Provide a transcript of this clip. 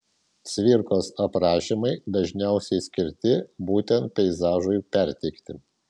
cvirkos aprašymai dažniausiai skirti būtent peizažui perteikti